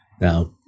Now